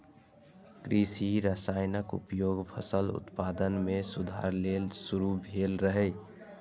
कृषि रसायनक उपयोग फसल उत्पादन मे सुधार लेल शुरू भेल रहै